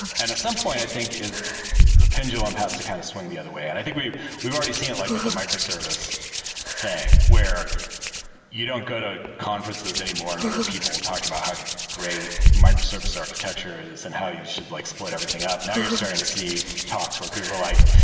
and some point, i think the pendulum has to kind of swing the other way. and i think we've we've already seen it like with the microservice thing where you don't go to conferences anymore and hear people talk about how great microservice architecture is and how you should like split everything up. now you're starting to see talks where people are like,